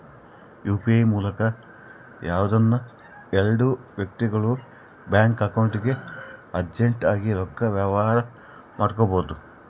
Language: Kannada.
ಯು.ಪಿ.ಐ ಮೂಲಕ ಯಾವ್ದನ ಎಲ್ಡು ವ್ಯಕ್ತಿಗುಳು ಬ್ಯಾಂಕ್ ಅಕೌಂಟ್ಗೆ ಅರ್ಜೆಂಟ್ ಆಗಿ ರೊಕ್ಕದ ವ್ಯವಹಾರ ಮಾಡ್ಬೋದು